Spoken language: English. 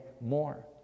more